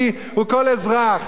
אבל מי שקורא לי משתמט,